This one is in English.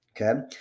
Okay